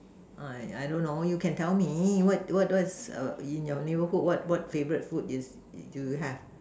uh I don't know you can tell me what what's err in your neighbourhood what what favourite food is do you have